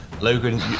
Logan